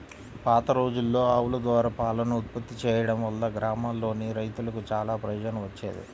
పాతరోజుల్లో ఆవుల ద్వారా పాలను ఉత్పత్తి చేయడం వల్ల గ్రామాల్లోని రైతులకు చానా ప్రయోజనం వచ్చేది